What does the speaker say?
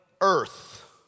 earth